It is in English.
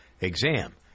exam